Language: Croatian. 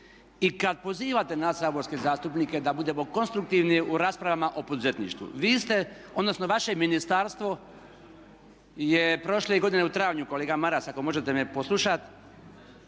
i kada pozivate nas saborske zastupnike da budemo konstruktivni u raspravama o poduzetništvu. Vi ste, odnosno vaše ministarstvo je prošle godine u travnju, kolega Maras ako možete me poslušati,